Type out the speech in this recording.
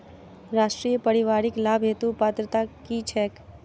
राष्ट्रीय परिवारिक लाभ हेतु पात्रता की छैक